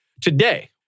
Today